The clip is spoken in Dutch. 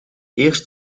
eerst